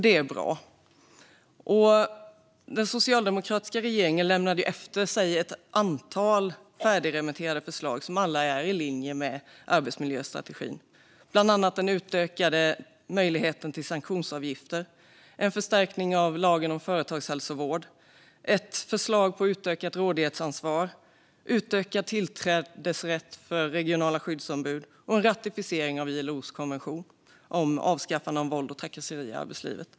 Det är bra. Den socialdemokratiska regeringen lämnade efter sig ett antal färdigremitterade förslag som alla är i linje med arbetsmiljöstrategin, bland annat den utökade möjligheten till sanktionsavgifter, en förstärkning av lagen om företagshälsovård, ett förslag om utökat rådighetsansvar, utökad tillträdesrätt för regionala skyddsombud och en ratificering av ILO:s konvention om avskaffande av våld och trakasserier i arbetslivet.